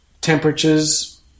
temperatures